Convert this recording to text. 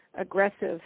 aggressive